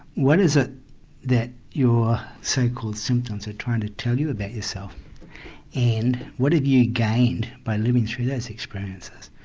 what is it that your so called symptoms are trying to tell you about yourself and what have you gained by living through those experiences?